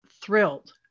thrilled